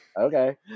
okay